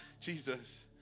Jesus